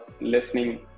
listening